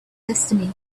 destiny